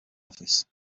office